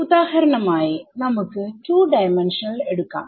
ഉദാഹരണമായി നമുക്ക് 2D എടുക്കാം